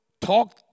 talk